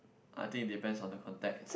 I think it depends on the context